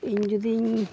ᱤᱧ ᱡᱩᱫᱤᱧ